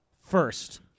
first